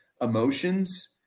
emotions